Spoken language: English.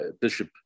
Bishop